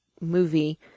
movie